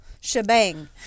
shebang